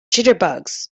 jitterbugs